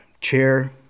chair